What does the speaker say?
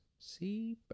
See